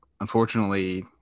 unfortunately